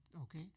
Okay